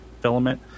filament